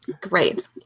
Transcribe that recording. Great